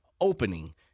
opening